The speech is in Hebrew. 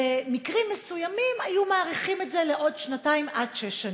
במקרים מסוימים היו מאריכים את זה לעוד שנתיים עד שש שנים.